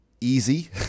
easy